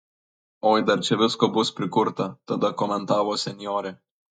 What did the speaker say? oi dar čia visko bus prikurta tada komentavo senjorė